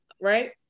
right